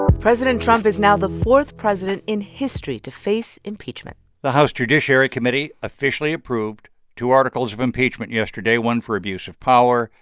president trump is now the fourth president in history to face impeachment the house judiciary committee officially approved two articles of impeachment yesterday one for abuse of power,